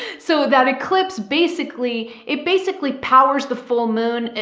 so that eclipse, basically it basically powers the full moon,